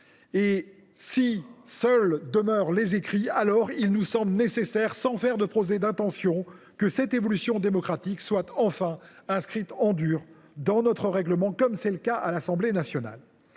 ! Si seuls demeurent les écrits, il nous semble nécessaire, sans faire de procès d’intention, que cette évolution démocratique soit enfin inscrite « en dur » dans notre règlement, comme c’est le cas à l’Assemblée nationale.